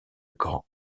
grand